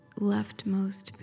leftmost